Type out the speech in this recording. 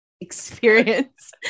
experience